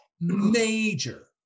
major